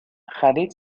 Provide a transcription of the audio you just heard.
خرید